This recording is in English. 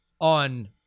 on